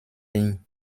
ligne